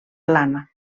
plana